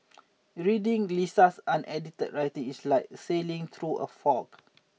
reading Lisa's unedited writings is like sailing through a fog